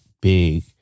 big